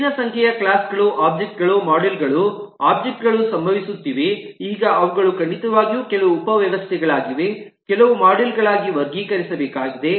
ಹೆಚ್ಚಿನ ಸಂಖ್ಯೆಯ ಕ್ಲಾಸ್ಗಳು ಒಬ್ಜೆಕ್ಟ್ ಗಳು ಮಾಡ್ಯೂಲ್ ಗಳು ಒಬ್ಜೆಕ್ಟ್ ಗಳು ಸಂಭವಿಸುತ್ತಿವೆ ಈಗ ಅವುಗಳು ಖಂಡಿತವಾಗಿಯೂ ಕೆಲವು ಉಪ ವ್ಯವಸ್ಥೆಗಳಾಗಿವೆ ಕೆಲವು ಮಾಡ್ಯೂಲ್ ಗಳಾಗಿ ವರ್ಗೀಕರಿಸಬೇಕಾಗಿದೆ